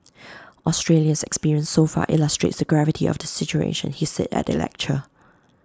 Australia's experience so far illustrates the gravity of the situation he said at the lecture